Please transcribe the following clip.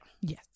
Yes